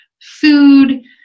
food